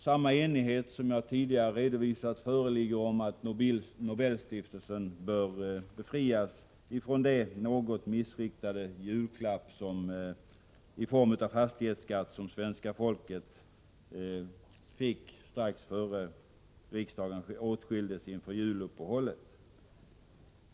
Samma enighet som jag tidigare redovisat föreligger om att Nobelstiftelsen bör befrias från den något missriktade julklapp i form av fastighetsskatt som svenska folket fick strax innan riksdagen åtskildes inför juluppehållet.